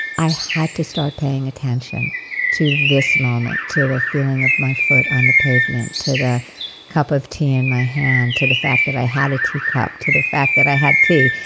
i had to start paying attention to this moment, to the feeling of my foot on the pavement, to the cup of tea in my hand, to the fact that i had a tea cup, to the fact that i had tea,